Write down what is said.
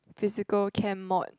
physical chem mod